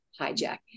hijack